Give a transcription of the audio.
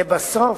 לבסוף,